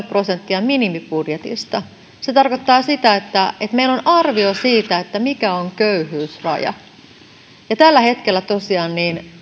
prosenttia minimibudjetista se tarkoittaa sitä että meillä on arvio siitä mikä on köyhyysraja tällä hetkellä tosiaan